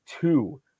two